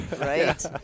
right